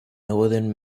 northern